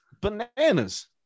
Bananas